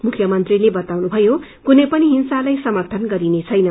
मुख्यमंत्रीले बताउनुभयो कुनै पनि हिंसालाई समर्थन गरिनेछैन